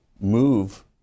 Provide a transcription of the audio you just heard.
move